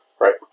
Right